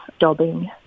dobbing